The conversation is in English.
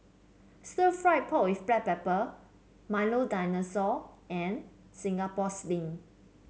stir fry pork with Black Pepper Milo Dinosaur and Singapore Sling